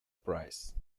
prize